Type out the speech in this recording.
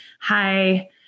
Hi